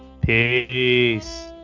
Peace